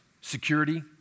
security